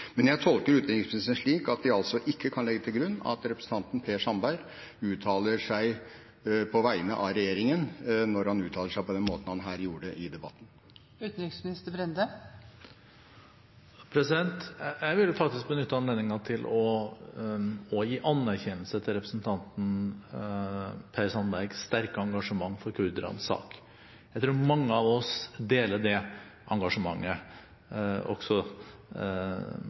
Jeg tolker utenriksministeren slik at vi ikke kan legge til grunn at representanten Per Sandberg uttaler seg på vegne av regjeringen når han uttaler seg på den måten han her gjorde i debatten. Jeg vil faktisk benytte anledningen til å gi anerkjennelse til representanten Per Sandbergs sterke engasjement for kurdernes sak. Jeg tror mange av oss deler det engasjementet, også